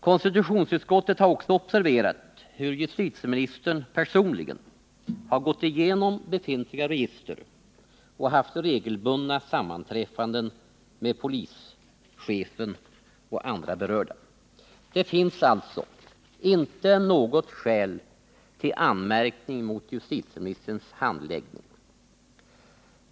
Konstitutionsutskottet har också observerat hur justitieministern personligen har gått igenom befintliga register och haft regelbundna sammanträffanden med polischefen och andra berörda. Det finns alltså inte något skäl till anmärkning mot justitieministerns handläggning.